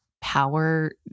power